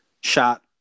Shot